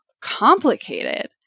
complicated